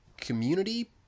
community